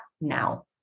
now